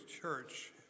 church